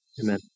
Amen